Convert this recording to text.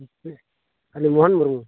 ᱪᱮᱫ ᱟᱹᱞᱤᱧ ᱢᱳᱦᱚᱱ ᱢᱩᱨᱢᱩ